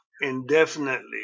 indefinitely